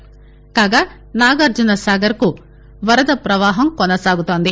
కాగా నాగార్జనసాగర్కు వరద పవాహం కొనసాగుతోంది